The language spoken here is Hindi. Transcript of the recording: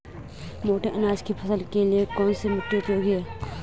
मोटे अनाज की फसल के लिए कौन सी मिट्टी उपयोगी है?